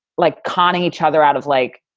like conning each other out of like.